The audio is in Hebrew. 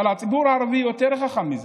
אבל הציבור הערבי יותר חכם מזה.